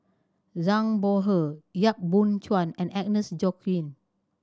Zhang Bohe Yap Boon Chuan and Agnes Joaquim